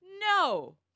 No